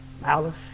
malice